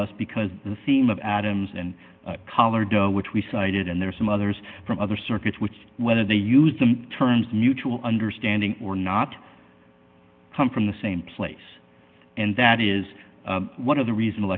us because the theme of adams and colorado which we cited and there are some others from other circuits which whether they use the terms mutual understanding or not come from the same place and that is one of the reason